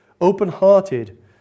open-hearted